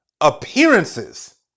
appearances